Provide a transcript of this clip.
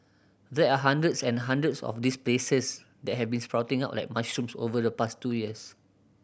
there are hundreds and hundreds of these places that have been sprouting up like mushrooms over the past two years